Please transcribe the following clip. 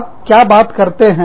आप क्या बात करते हैं